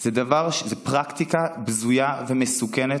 זו פרקטיקה בזויה ומסוכנת